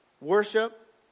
worship